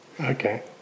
Okay